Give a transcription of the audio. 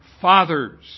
fathers